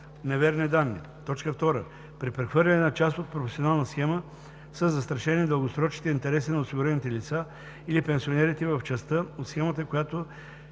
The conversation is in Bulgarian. неверни данни; 2. при прехвърляне на част от професионална схема са застрашени дългосрочните интереси на осигурените лица или пенсионерите в частта от схемата, която